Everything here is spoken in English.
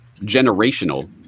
generational